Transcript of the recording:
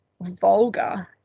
vulgar